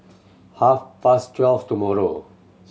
half past twelve tomorrow